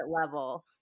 level